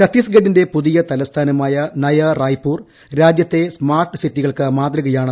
ഛത്തീസ്ഗഡിന്റെ പുതിയ തലസ്ഥാനമായ നയാ റായ്പൂർ രാജ്യത്തെ സ്മാർട്ട് സിറ്റികൾക്ക് മാതൃകയാണ്